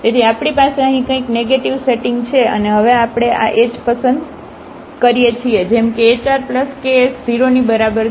તેથી આપણી પાસે અહીં કંઈક નેગેટીવ સેટિંગ છે અને હવે આપણે આ h પસંદ કરીએ છીએ જેમ કે hr ks 0 ની બરાબર છે